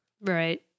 right